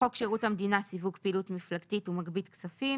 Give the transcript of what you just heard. חוק שירות המדינה (סיווג פעילות מפלגתית ומגבית כספים),